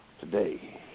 today